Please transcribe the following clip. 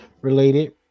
related